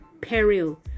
Peril